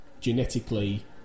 genetically